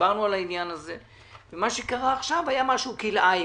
מה שקרה עכשיו היה משהו כלאיים,